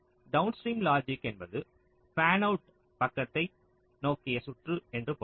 downstream logic என்பது fanout பக்கத்தை நோக்கிய சுற்று என்று பொருள்